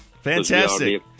Fantastic